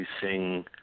sing